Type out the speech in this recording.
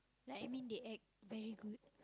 like I mean they act very good